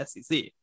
SEC